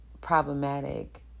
problematic